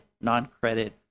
non-credit